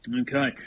Okay